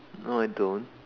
no I don't